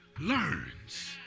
learns